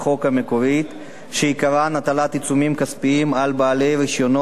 שעיקרן הטלת עיצומים כספיים על בעלי רשיונות לביצוע פעולות